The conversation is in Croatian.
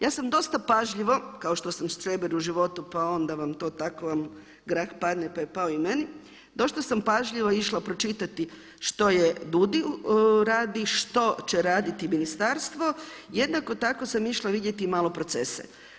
Ja sam dosta pažljivo, kao što sam dosta štreber u životu pa onda vam to tako grah padne pa je pao i meni, dosta sam pažljivo išla pročitati što DUUDI radi, što će raditi ministarstvo, jednako tako sam išla vidjeti malo procese.